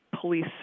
police